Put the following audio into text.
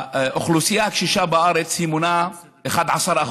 האוכלוסייה הקשישה בארץ מונה 11%,